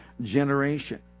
generation